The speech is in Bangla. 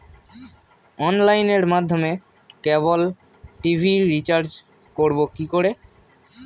অনলাইনের মাধ্যমে ক্যাবল টি.ভি রিচার্জ করব কি করে?